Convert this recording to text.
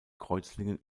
kreuzlingen